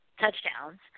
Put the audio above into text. touchdowns